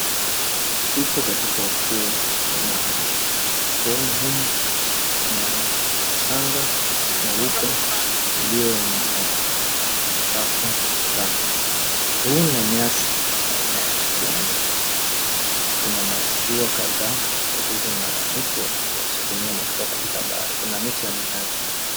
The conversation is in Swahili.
Tupo katika ufuo wa bahari. Ufuoni humu kuna mchanga mweupe ulio na uchafu kadhaa. Kuna nyasi aina ya kijani, kuna mashua kadhaa zilizo na miko ya kisukumia mashuka katika bahari. Kuna miti ya minazi.